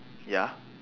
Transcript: ya